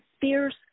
fierce